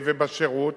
ובשירות.